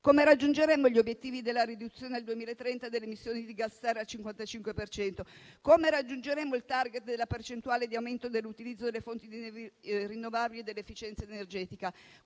Come raggiungeremo gli obiettivi della riduzione al 2030 delle emissioni di gas serra al 55 per cento? Come raggiungeremo il *target* della percentuale di aumento dell'utilizzo delle fonti di energia rinnovabile e dell'efficienza energetica?